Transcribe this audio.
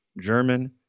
German